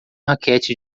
raquete